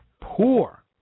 poor